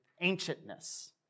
ancientness